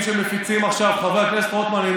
חבר הכנסת רוטמן.